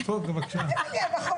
אני אענה לך.